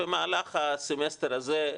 במהלך הסמסטר הזה,